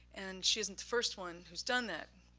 and she isn't the first one who's done that.